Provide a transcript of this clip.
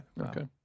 Okay